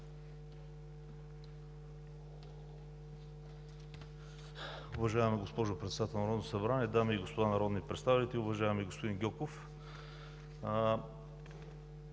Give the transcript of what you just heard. Уважаема госпожо Председател на Народното събрание, дами и господа народни представители! Уважаеми господин Гьоков,